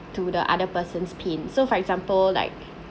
to the other person's pain so for example like